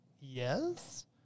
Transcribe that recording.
yes